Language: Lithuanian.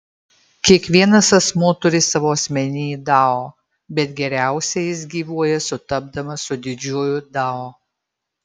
kiekvienas asmuo turi savo asmeninį dao bet geriausiai jis gyvuoja sutapdamas su didžiuoju dao